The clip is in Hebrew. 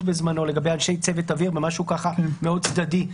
בזמנו לגבי אנשי צוות אוויר ומשהו ככה מאוד צדדי -- כן.